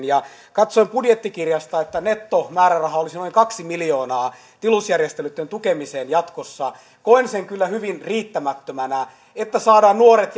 ja katsoin budjettikirjasta että nettomääräraha olisi noin kaksi miljoonaa tilusjärjestelyitten tukemiseen jatkossa koen sen kyllä hyvin riittämättömänä että saadaan nuoret